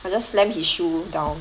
I just slam his shoe down